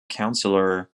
councillor